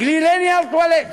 גלילי נייר טואלט,